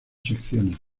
secciones